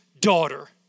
daughter